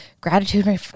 gratitude